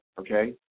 okay